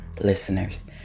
listeners